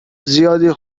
زیادی